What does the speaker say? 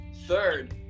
Third